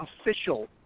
official